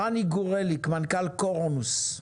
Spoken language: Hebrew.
רני קורליק, מנכ"ל קורונוס.